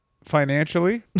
financially